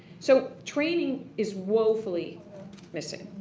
so training is woefully missing.